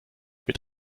mit